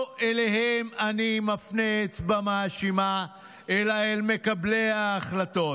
לא אליהם אני מפנה אצבע מאשימה אלא אל מקבלי ההחלטות.